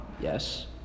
Yes